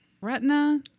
Retina